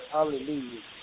Hallelujah